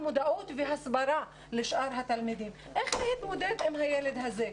מודעות והסברה לשאר התלמידים איך להתמודד עם הילד הזה.